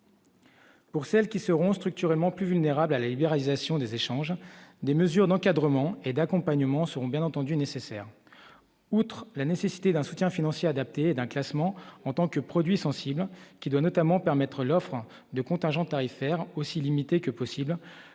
Pour celles qui seront structurellement plus vulnérable à la libéralisation des échanges, des mesures d'encadrement et d'accompagnement sont bien entendu nécessaires, outre la nécessité d'un soutien financier adapté d'un classement en tant que produits sensibles qui doit notamment permettre l'offre de contingents tarifaires aussi limitée que possible,